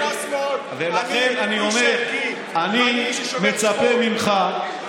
אני לא שמאל, אני איש ערכי, אני איש ששומר חוק.